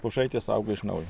pušaitės auga iš naujo